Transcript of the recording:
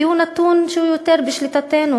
כי הוא נתון שהוא יותר בשליטתנו.